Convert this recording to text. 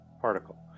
particle